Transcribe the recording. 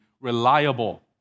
reliable